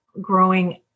growing